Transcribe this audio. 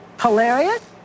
hilarious